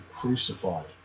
crucified